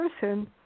person